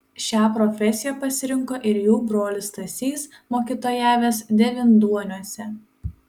šią profesiją pasirinko ir jų brolis stasys mokytojavęs devynduoniuose